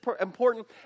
important